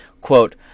Quote